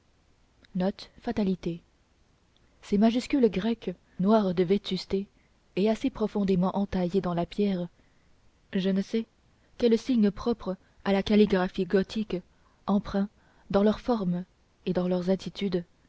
ces majuscules grecques noires de vétusté et assez profondément entaillées dans la pierre je ne sais quels signes propres à la calligraphie gothique empreints dans leurs formes et dans leurs attitudes